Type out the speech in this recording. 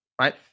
right